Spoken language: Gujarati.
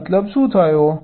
આનો મતલબ શું થયો